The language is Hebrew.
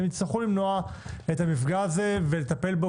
הם יצטרכו למנוע את המפגע הזה ולטפל בו,